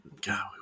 God